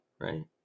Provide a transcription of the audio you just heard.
Right